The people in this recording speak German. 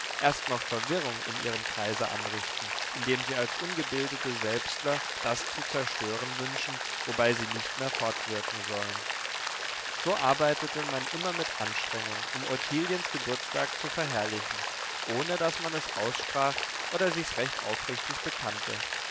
erst noch verwirrung in ihrem kreise anrichten indem sie als ungebildete selbstler das zu zerstören wünschen wobei sie nicht mehr fortwirken sollen so arbeitete man immer mit anstrengung um ottiliens geburtstag zu verherrlichen ohne daß man es aussprach oder sichs recht aufrichtig bekannte